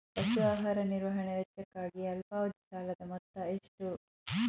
ಪಶು ಆಹಾರ ನಿರ್ವಹಣೆ ವೆಚ್ಚಕ್ಕಾಗಿ ಅಲ್ಪಾವಧಿ ಸಾಲದ ಮೊತ್ತ ಎಷ್ಟು?